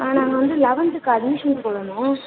ஆ நாங்கள் வந்து லவன்த்துக்கு அட்மிஷன் போடணும்